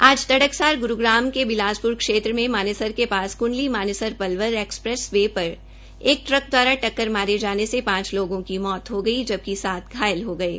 आज तड़कसार गुरूग्राम के बिलासपुरा क्षेत्र में मानेसर के पास कुंडली मानेसर पलवल एक्सप्रेस वे एक ट्रम द्वार टक्कर मारे जाने से पांच लोगों की मौत हो गई जबकि सात घायल हो गये